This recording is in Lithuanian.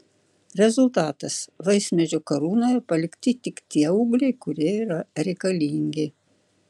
rezultatas vaismedžio karūnoje palikti tik tie ūgliai kurie yra reikalingi